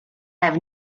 have